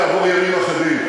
כעבור ימים אחדים,